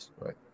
right